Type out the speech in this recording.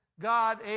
God